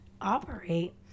operate